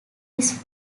his